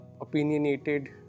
opinionated